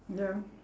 ya